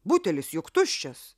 butelis juk tuščias